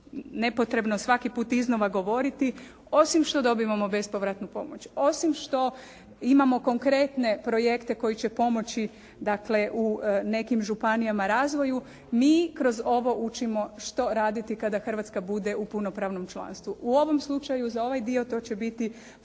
nepotrebno svaki put iznova govoriti osim što dobivamo bespovratnu pomoć, osim što imamo konkretne projekte koji će pomoći dakle u nekim županijama razvoju mi kroz ovo učimo što raditi kada Hrvatska bude u punopravnom članstvu? U ovom slučaju za ovaj dio to će biti